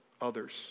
others